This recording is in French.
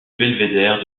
belvédère